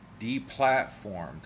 deplatformed